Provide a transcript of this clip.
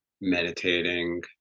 Meditating